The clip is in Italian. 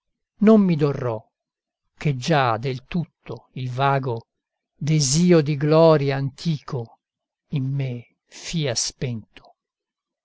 non mi dorrò che già del tutto il vago desio di gloria antico in me fia spento